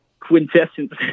Quintessence